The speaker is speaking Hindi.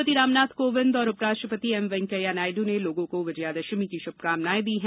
राष्ट्रपति रामनाथ कोविंद और उपराष्ट्रपति एम वेंकैया नायडु ने लोगों को विजयदशमी की शुभकामनाएं दी है